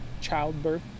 childbirth